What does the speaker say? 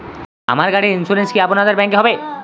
আমার গাড়ির ইন্সুরেন্স কি আপনাদের ব্যাংক এ হবে?